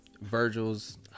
Virgil's